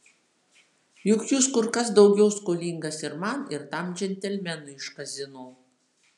juk jūs kur kas daugiau skolingas ir man ir tam džentelmenui iš kazino